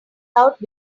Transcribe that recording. out